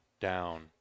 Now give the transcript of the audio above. down